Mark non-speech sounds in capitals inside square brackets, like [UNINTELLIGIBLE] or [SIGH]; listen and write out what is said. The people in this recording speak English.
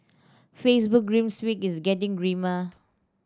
Facebook grim [UNINTELLIGIBLE] week is getting grimmer